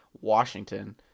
Washington